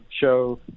show